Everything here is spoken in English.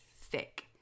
thick